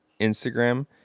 Instagram